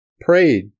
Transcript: prayed